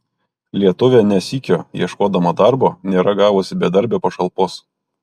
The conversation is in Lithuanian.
lietuvė ne sykio ieškodama darbo nėra gavusi bedarbio pašalpos